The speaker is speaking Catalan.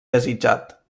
desitjat